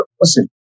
listen